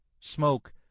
smoke